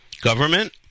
government